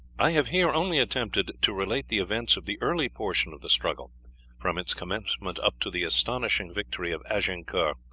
i have here only attempted to relate the events of the early portion of the struggle from its commencement up to the astonishing victory of agincourt,